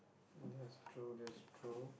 that's true that's true